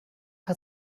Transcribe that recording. hat